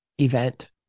event